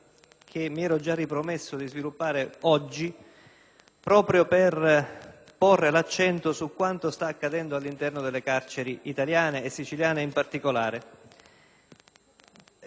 proprio per porre l'accento su quanto sta accadendo all'interno delle carceri italiane e siciliane in particolare. Le carceri stanno scoppiando,